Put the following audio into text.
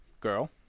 girl